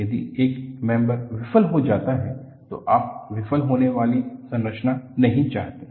यदि एक मेंबर विफल हो जाता है तो आप विफल होने वाली संरचना नहीं चाहते हैं